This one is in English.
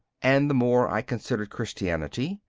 and the more i considered christianity,